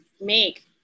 make